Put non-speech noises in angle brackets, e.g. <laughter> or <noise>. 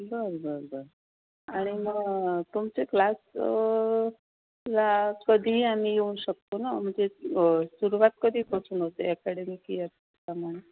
बरं बरं बरं आणि मग तुमचे क्लास ला कधीही आम्ही येऊ शकतो ना म्हणजे सुरुवात कधीपासून होते ॲकॅडमी की <unintelligible>